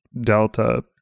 delta